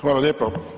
Hvala lijepo.